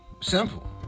Simple